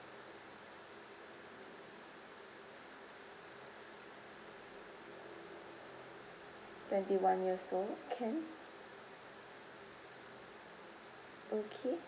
twenty one years old can okay